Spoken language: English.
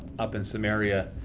up in samaria,